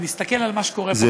ונסתכל על מה שקורה פה,